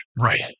Right